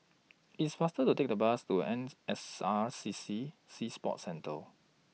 It's faster to Take The Bus to ends S R C C Sea Sports Centre